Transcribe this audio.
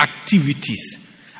activities